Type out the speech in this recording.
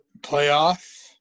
playoff